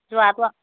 যোৱাটো